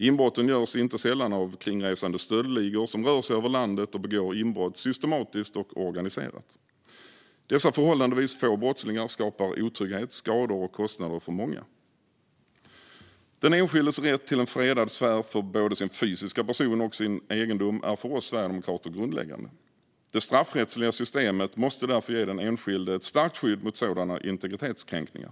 Inbrotten görs inte sällan av kringresande stöldligor som rör sig över landet och begår inbrott, systematiskt och organiserat. Dessa förhållandevis få brottslingar skapar otrygghet, skador och kostnader för många. Den enskildes rätt till en fredad sfär för både sin fysiska person och sin egendom är för oss sverigedemokrater grundläggande. Det straffrättsliga systemet måste därför ge den enskilde ett starkt skydd mot sådana integritetskränkningar.